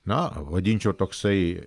na vadinčiau toksai